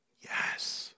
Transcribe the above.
Yes